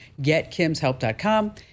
getkimshelp.com